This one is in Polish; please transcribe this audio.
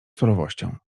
surowością